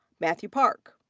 matthew parke.